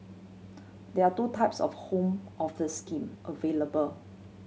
there are two types of Home Office scheme available